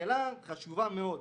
שאלה חשובה מאוד: